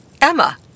Emma